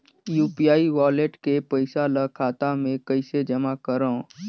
UPI wallet के पईसा ल खाता मे कइसे जमा करव?